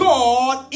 God